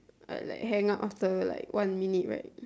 I like hang up after like one minute right